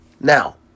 Now